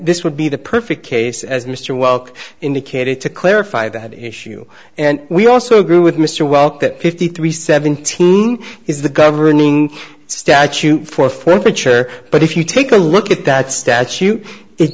this would be the perfect case as mr welk indicated to clarify that issue and we also agree with mr welk that fifty three seventeen is the governing statute for forfeiture but if you take a look at that statute it